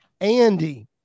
Andy